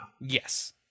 Yes